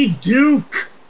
Duke